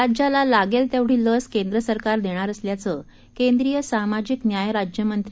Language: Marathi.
राज्याला लागेल तेवढी लस केंद्र सरकार देणार असल्याचं केंद्रीय सामाजिक न्याय राज्यमंत्री ना